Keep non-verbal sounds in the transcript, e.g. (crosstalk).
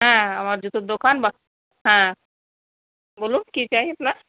হ্যাঁ আমার জুতোর দোকান (unintelligible) হ্যাঁ বলুন কী চাই আপনার